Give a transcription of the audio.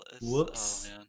Whoops